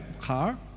car